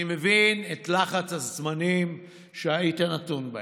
אני מבין את לחץ הזמנים שהיית נתון בו.